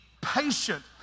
patient